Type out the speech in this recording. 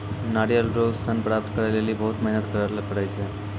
नारियल रो सन प्राप्त करै लेली बहुत मेहनत करै ले पड़ै छै